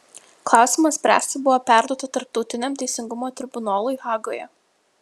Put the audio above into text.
klausimą spręsti buvo perduota tarptautiniam teisingumo tribunolui hagoje